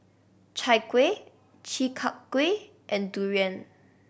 Chai Kueh Chi Kak Kuih and durian